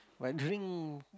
what drink